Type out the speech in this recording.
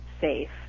safe